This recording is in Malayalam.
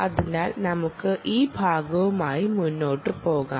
അതിനാൽ നമുക്ക് ഈ ഭാഗവുമായി മുന്നോട്ട് പോകാം